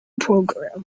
program